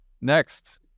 Next